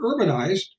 urbanized